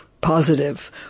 positive